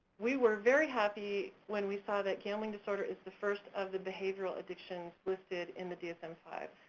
we were very happy when we saw that gambling disorder is the first of the behavioral addictions listed in the dsm five.